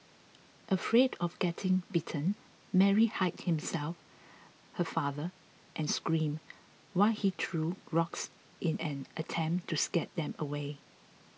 afraid of getting bitten Mary hid himself her father and screamed while he threw rocks in an attempt to scare them away